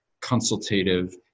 consultative